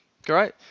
Great